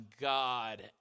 God